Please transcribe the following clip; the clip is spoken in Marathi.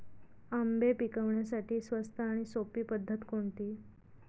आंबे पिकवण्यासाठी स्वस्त आणि सोपी पद्धत कोणती?